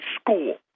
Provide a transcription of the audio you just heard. school